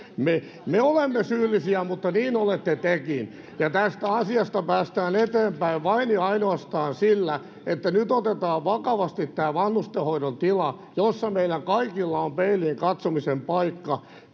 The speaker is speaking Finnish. me me olemme syyllisiä mutta niin olette tekin ja tästä asiasta päästään eteenpäin vain ja ainoastaan sillä että nyt otetaan vakavasti tämä vanhustenhoidon tila jossa meillä kaikilla on peiliin katsomisen paikka